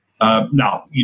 Now